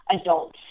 adults